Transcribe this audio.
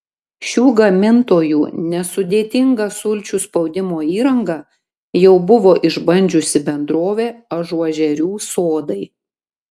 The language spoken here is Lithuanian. šių gamintojų nesudėtingą sulčių spaudimo įrangą jau buvo išbandžiusi bendrovė ažuožerių sodai